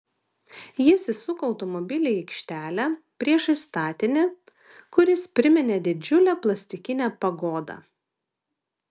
jis įsuko automobilį į aikštelę priešais statinį kuris priminė didžiulę plastikinę pagodą